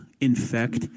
infect